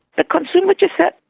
the consumer just said,